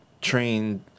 trained